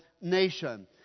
nation